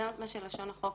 זה מה שלשון החוק